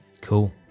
cool